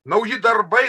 nauji darbai